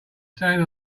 standing